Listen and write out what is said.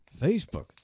Facebook